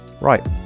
Right